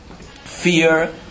fear